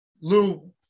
lou